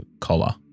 collar